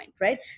right